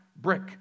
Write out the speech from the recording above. brick